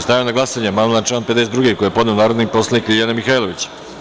Stavljam na glasanje amandman na član 52. koji je podnela narodni poslanik Ljiljana Mihajlović.